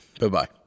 Bye-bye